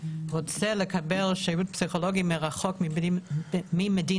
רוצה לקבל שירות פסיכולוגי מרחוק ממדינתו,